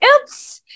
Oops